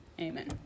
Amen